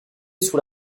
sous